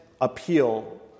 appeal